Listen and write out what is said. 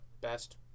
best